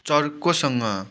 चर्कोसँग